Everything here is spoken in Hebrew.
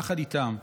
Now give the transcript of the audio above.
יחד איתם,